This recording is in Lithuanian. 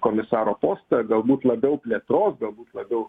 komisaro postą galbūt labiau plėtros galbūt labiau